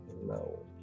No